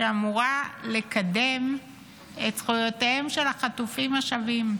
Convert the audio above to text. שאמורה לקדם את זכויותיהם של החטופים השבים,